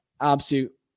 Absolute